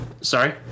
sorry